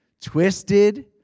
twisted